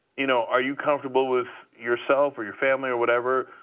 you know are you comfortable with yourself, or your family, or whatever,